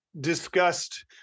discussed